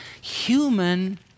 human